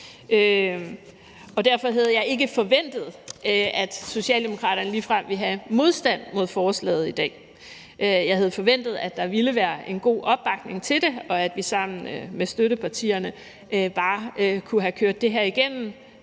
Derfor havde jeg ikke forventet, at Socialdemokraterne ligefrem ville have modstand mod forslaget i dag. Jeg havde forventet, at der ville være en god opbakning til det, og at vi sammen med støttepartierne bare kunne have kørt det her igennem.